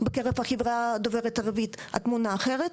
בקרב החברה דוברת ערבית התמונה אחרת,